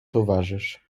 towarzysz